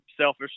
selfish